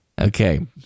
Okay